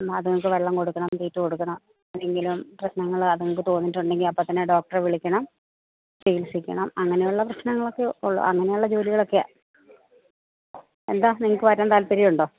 ഇന്ന് അതുങ്ങൾക്ക് വെള്ളം കൊടുക്കണം തീറ്റ കൊടുക്കണം എന്തെങ്കിലും പ്രശ്നങ്ങൾ അതുങ്ങൾക്ക് തോന്നിയിട്ടുണ്ടെങ്കിൽ അപ്പം തന്നെ ഡോക്ടറെ വിളിക്കണം ചികിത്സിക്കണം അങ്ങനെയുള്ള പ്രശ്നങ്ങളൊക്കെ ഉള്ളു അങ്ങനെയുള്ള ജോലികളെക്കെയാണ് എന്താണ് നിങ്ങൾക്ക് വരാന് താല്പ്പര്യം ഉണ്ടോ